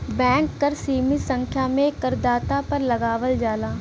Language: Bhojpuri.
बैंक कर सीमित संख्या में करदाता पर लगावल जाला